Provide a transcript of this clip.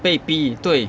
被逼对